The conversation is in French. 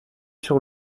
sur